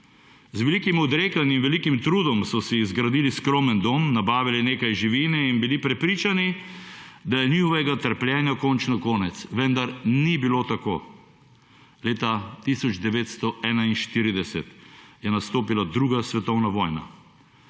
Z velikim odrekanjem in velikim trudom so si izgradili skromen dom, nabavili nekaj živine in bili prepričani, da je njihovega trpljenja končno konec, vendar ni bilo tako. Leta 1941 je nastopila druga svetovna vojna.